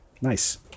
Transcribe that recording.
Nice